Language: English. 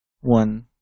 one